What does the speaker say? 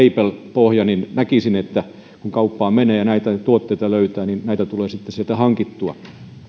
pohja niin näkisin että kun kauppaan menee ja näitä tuotteita löytää niin näitä tulee sitten sieltä hankittua